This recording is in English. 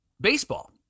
baseball